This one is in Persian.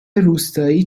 روستایی